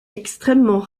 extrêmement